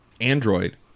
Android